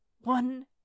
one